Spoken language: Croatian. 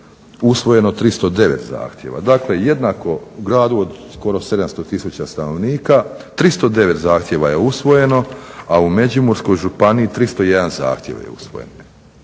usvojeno 309 zahtjeva. Dakle, jednako gradu od skoro 700000 stanovnika 309 zahtjeva je usvojeno, a u Međimurskoj županiji 301 zahtjev je usvojen.